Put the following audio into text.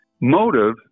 Motive